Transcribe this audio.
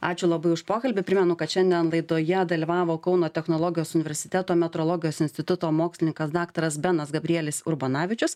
ačiū labai už pokalbį primenu kad šiandien laidoje dalyvavo kauno technologijos universiteto metrologijos instituto mokslininkas daktaras benas gabrielis urbonavičius